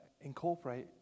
incorporate